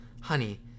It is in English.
Honey